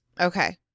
Okay